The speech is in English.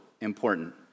important